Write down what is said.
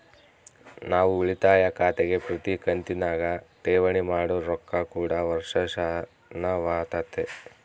ನಾವು ಉಳಿತಾಯ ಖಾತೆಗೆ ಪ್ರತಿ ಕಂತಿನಗ ಠೇವಣಿ ಮಾಡೊ ರೊಕ್ಕ ಕೂಡ ವರ್ಷಾಶನವಾತತೆ